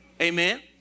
Amen